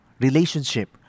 relationship